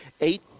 eight